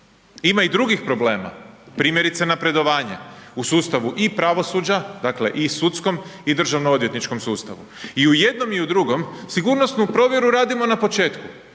Ima i drugih problema, primjerice napredovanje, u sustavu i pravosuđa, dakle i sudskom i državno odvjetničkom sustavu, i u jednom i u drugom sigurnosnu provjeru radimo na početku